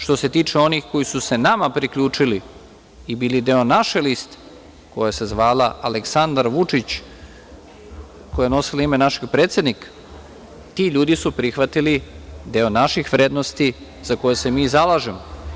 Što se tiče onih koji su se nama priključili i bili deo naše liste koja se zvala – Aleksandar Vučić, koja je nosila ime našeg predsednika, ti ljudi su prihvatili deo naših vrednosti za koje se mi zalažemo.